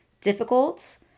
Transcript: difficult